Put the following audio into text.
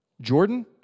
Jordan